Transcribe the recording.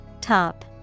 Top